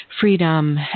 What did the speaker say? freedom